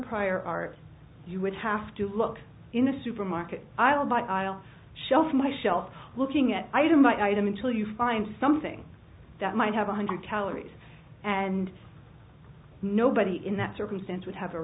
prior art you would have to look in the supermarket aisle but i will shelf my shelf looking at item by item until you find something that might have one hundred calories and nobody in that circumstance would have a